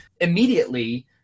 immediately